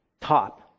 Top